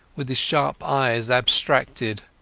with his sharp eyes abstracted,